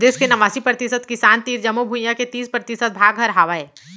देस के नवासी परतिसत किसान तीर जमो भुइयां के तीस परतिसत भाग हर हावय